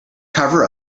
cover